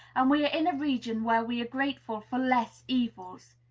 and we are in a region where we are grateful for less evils!